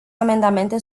amendamente